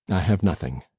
i have nothing.